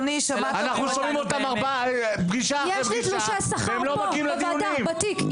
יש לי תלושי שכר פה, בוועדה, בתיק.